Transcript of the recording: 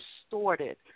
distorted